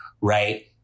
Right